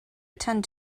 attend